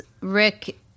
Rick